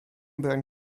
broń